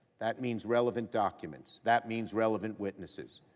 that means relevant documents. that means relevant witnesses.